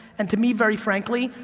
and to me, very frankly,